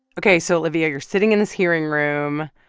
ok. so, olivia, you're sitting in this hearing room.